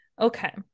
Okay